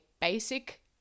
basic